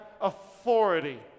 authority